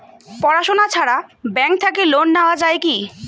পড়াশুনা ছাড়া ব্যাংক থাকি লোন নেওয়া যায় কি?